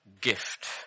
gift